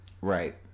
Right